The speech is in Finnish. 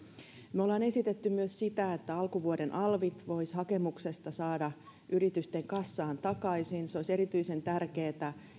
me olemme esittäneet myös että alkuvuoden alvit voisi hakemuksesta saada yritysten kassaan takaisin se olisi erityisen tärkeätä